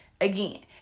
again